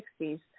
1960s